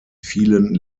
vielen